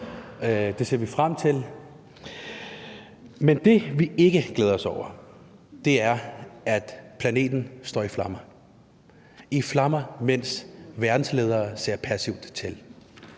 det ser vi frem til. Men det, vi ikke glæder os over, er, at planeten står i flammer, mens verdensledere ser passivt til.